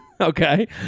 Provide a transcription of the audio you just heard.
Okay